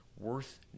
worth